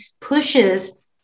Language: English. pushes